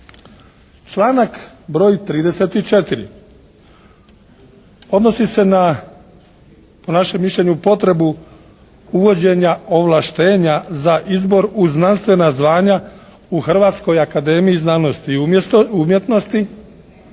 Članak broj 34. odnosi se na po našem mišljenju potrebu uvođenja ovlaštenja za izbor u znanstvena zvanja u Hrvatskoj akademiji znanosti i umjetnosti